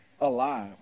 alive